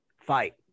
fight